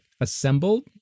Assembled